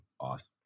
Awesome